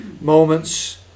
moments